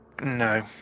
No